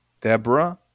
Deborah